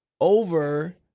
over